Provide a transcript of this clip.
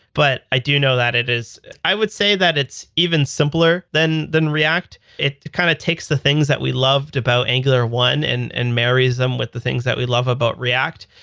but i do know that it is i would say that it's even simpler then then react. it kind of takes the things that we loved about angular one and and marries them with the things that we love about react.